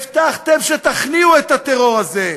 הבטחתם שתכניעו את הטרור הזה,